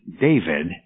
David